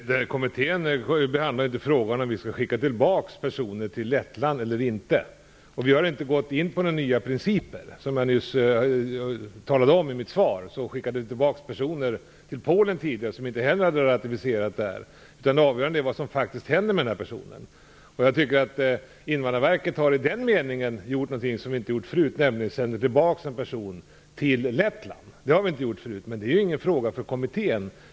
Herr talman! Kommittén behandlar inte frågan om vi skall skicka tillbaka personer till Lettland eller inte. Vi har inte gått in på några nya principer. Som jag nyss talade om i mitt svar skickade vi tidigare tillbaka personer till Polen som inte heller hade ratificerat konventionen. Det avgörande är vad som faktiskt händer med personen. I den meningen har Invandrarverket gjort något som man inte gjort förut, nämligen sänt tillbaka en person till Lettland. Det har vi inte gjort förut. Men det är ingen fråga för kommittén.